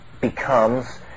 becomes